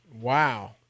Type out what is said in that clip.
Wow